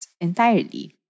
entirely